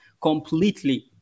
completely